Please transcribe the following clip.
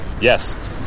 Yes